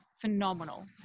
phenomenal